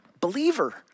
believer